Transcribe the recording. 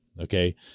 okay